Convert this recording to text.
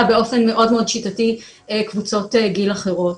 באופן מאוד מאוד שיטתי קבוצות גיל אחרות.